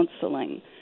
counseling